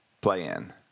play-in